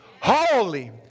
holy